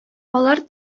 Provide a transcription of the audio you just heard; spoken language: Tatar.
алар